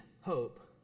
hope